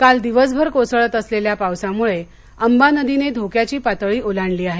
काल दिवसभर कोसळत असलेल्या पावसामुळे अंबा नदीने धोक्याची पातळी ओलांडली आहे